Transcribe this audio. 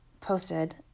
posted